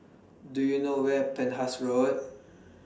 Do YOU know Where Penhas Road